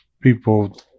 people